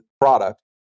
product